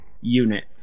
unit